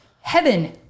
heaven